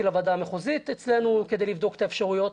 לוועדה המחוזית אצלנו כדי לבדוק את האפשרויות.